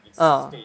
ah